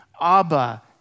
Abba